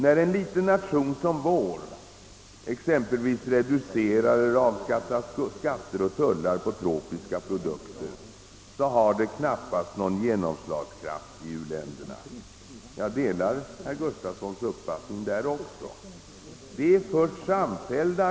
När en liten nation som vår exempelvis reducerar eller avskaffar skatter och tullar på tropiska produkter har detta knappast någon genomslagskraft i u-länderna; jag delar herr Gustafsons uppfattning också i detta avseende.